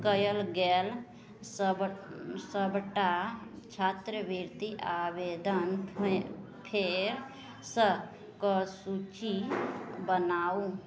कएल गेल सब सबटा छात्रवृति आवेदन फेरसे कऽ सूची बनाउ